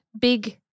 big